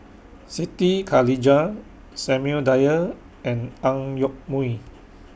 Siti Khalijah Samuel Dyer and Ang Yoke Mooi